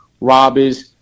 robbers